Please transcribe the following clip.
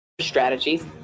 Strategies